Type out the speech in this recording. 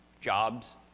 jobs